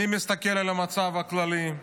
אני מסתכל על המצב הכללי: